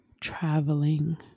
traveling